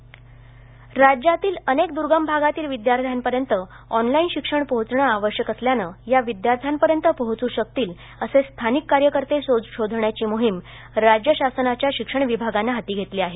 शिक्षणपद्धती राज्यातील अनेक द्र्गम भागातील विद्यार्थ्यांपर्यंत ऑनलाईन शिक्षण पोहचणं आवश्यक असल्यानं या विद्यार्थ्यांपर्यंत पोहचू शकतील असे स्थानिक कार्यकर्ते शोधण्याची मोहीम राज्य शासनाच्या शिक्षण विभागानं हाती घेतली आहे